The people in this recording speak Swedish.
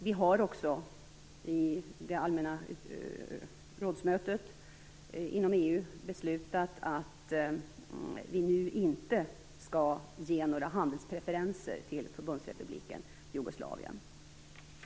Vi har också i det allmänna rådsmötet inom EU beslutat att vi nu inte skall ge några handelspreferenser till Förbundsrepubliken Jugoslavien.